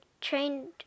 trained